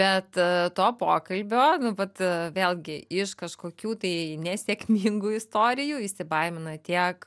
bet to pokalbio vat vėlgi iš kažkokių tai nesėkmingų istorijų įsibaimina tiek